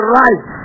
right